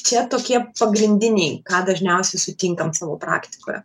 čia tokie pagrindiniai ką dažniausiai sutinkam savo praktikoje